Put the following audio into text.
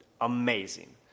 amazing